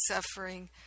suffering